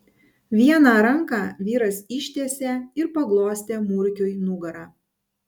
vieną ranką vyras ištiesė ir paglostė murkiui nugarą